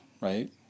right